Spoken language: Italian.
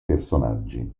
personaggi